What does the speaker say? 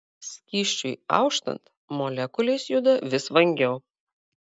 skysčiui auštant molekulės juda vis vangiau